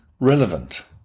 relevant